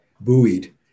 buoyed